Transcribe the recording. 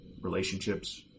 relationships